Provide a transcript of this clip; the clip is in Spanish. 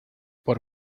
por